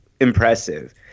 impressive